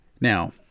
Now